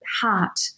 heart